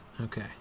Okay